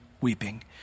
weeping